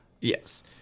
Yes